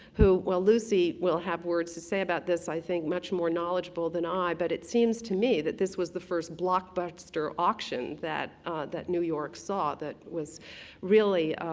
who well lucy will have words to say about this i think much more knowledgeable than i, but it seems to me that this was the first blockbuster auction that that new york saw that was really